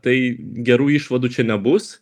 tai gerų išvadų čia nebus